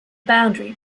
boundary